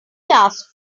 asked